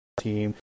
team